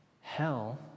Hell